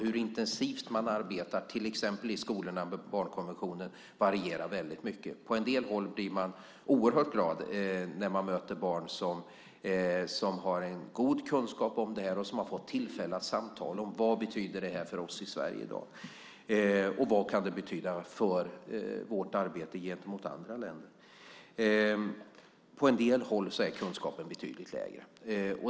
Hur intensivt de arbetar med barnkonventionen till exempel i skolorna varierar också väldigt mycket. På en del håll blir man oerhört glad när man möter barn som har en god kunskap om det här, som har fått tillfälle att samtala om vad det här betyder för oss i Sverige i dag och vad det kan betyda för vårt arbete gentemot andra länder. På en del håll är kunskapen betydligt sämre.